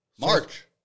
March